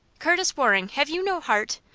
curtis waring, have you no heart?